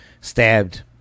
stabbed